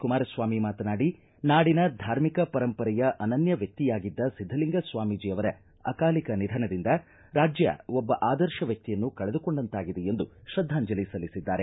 ಕುಮಾರಸ್ವಾಮಿ ಮಾತನಾಡಿ ನಾಡಿನ ಧಾರ್ಮಿಕ ಪರಂಪರೆಯ ಅನನ್ನ ವ್ಯಕ್ತಿಯಾಗಿದ್ದ ಸಿದ್ದಲಿಂಗ ಸ್ವಾಮೀಜಿ ಅವರ ಅಕಾಲಿಕ ನಿಧನದಿಂದ ರಾಜ್ಯ ಒಬ್ಬ ಆದರ್ಶ ವ್ಯಕ್ತಿಯನ್ನು ಕಳೆದುಕೊಂಡಂತಾಗಿದೆ ಎಂದು ತ್ರದ್ಯಾಂಜಲಿ ಸಲ್ಲಿಸಿದ್ದಾರೆ